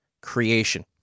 creation